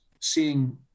seeing